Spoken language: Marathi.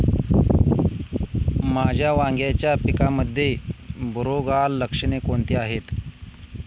माझ्या वांग्याच्या पिकामध्ये बुरोगाल लक्षणे कोणती आहेत?